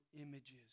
images